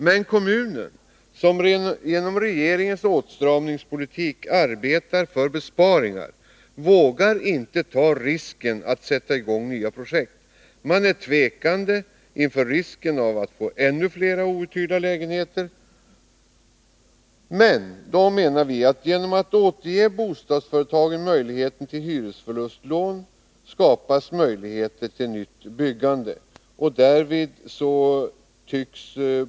Men kommunen, som på grund av regeringens åtstramningspolitik arbetar för besparingar, vågar inte ta risken att sätta i gång nya projekt. Man tvekar inför risken att få ännu fler outhyrda lägenheter. Vi menar emellertid att man genom att återge bostadsföretagen möjligheten till hyresförlustlån skapar förutsättningar för ett nytt byggande.